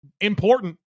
important